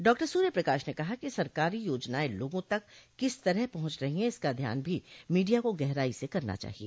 डॉ सूर्य प्रकाश ने कहा कि सरकारी योजनाएं लोगों तक किस तरह पहुंच रही हैं इसका अध्ययन भी मीडिया को गहराई से करना चाहिए